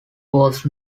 was